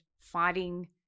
fighting